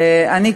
גם אני,